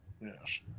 yes